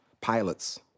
pilots